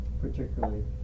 particularly